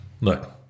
Look